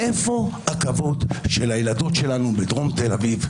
איפה הכבוד של הילדות שלנו בדרום תל אביב,